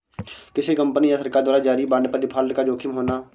किसी कंपनी या सरकार द्वारा जारी बांड पर डिफ़ॉल्ट का जोखिम होना